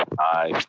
aye.